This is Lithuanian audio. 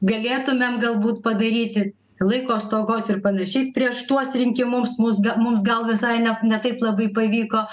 galėtumėm galbūt padaryti laiko stokos ir panašiai prieš tuos rinkimums mus mums gal visai ne ne taip labai pavyko